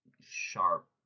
sharp